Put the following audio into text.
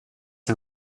han